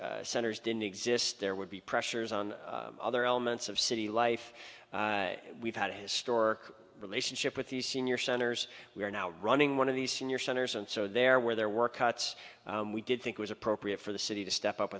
these centers didn't exist there would be pressures on other elements of city life we've had a historic relationship with the senior centers we are now running one of the senior centers and so there were there were cuts we did think was appropriate for the city to step up